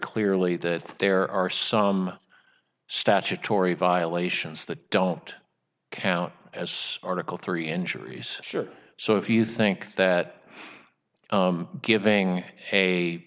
clearly that there are some statutory violations that don't count as article three injuries sure so if you think that giving a